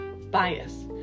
bias